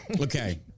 Okay